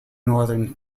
northern